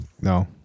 No